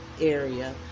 area